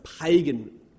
pagan